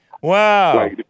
Wow